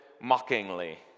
mockingly